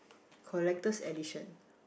collector's edition